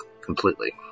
completely